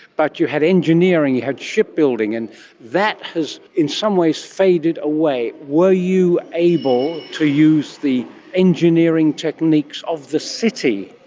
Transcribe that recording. but you had engineering, you had shipbuilding, and that has in some ways faded away. were you able to use the engineering techniques of the city?